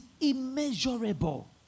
immeasurable